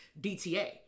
DTA